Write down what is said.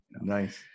Nice